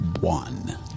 One